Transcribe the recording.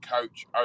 coach